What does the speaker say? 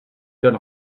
gold